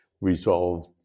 resolve